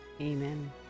Amen